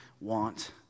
Want